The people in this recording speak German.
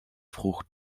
frucht